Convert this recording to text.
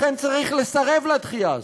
לכן, צריך לסרב לדחייה הזאת.